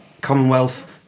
Commonwealth